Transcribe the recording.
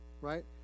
right